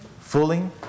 fooling